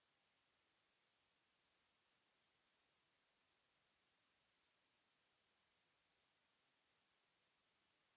Merci,